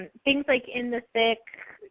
things like in the thick,